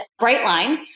Brightline